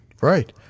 Right